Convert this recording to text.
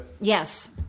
Yes